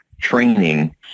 training